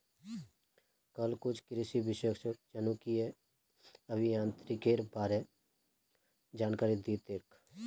कल कुछ कृषि विशेषज्ञ जनुकीय अभियांत्रिकीर बा र जानकारी दी तेक